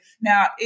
Now